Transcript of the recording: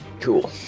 Cool